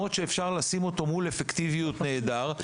במקומות שאפשר לשים אותו מול אפקטיביות נהדר,